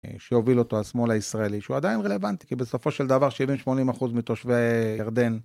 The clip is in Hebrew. שהוביל אותו השמאל הישראלי שהוא עדיין רלוונטי, כי בסופו של דבר 70-80% מתושבי ירדן